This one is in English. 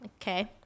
Okay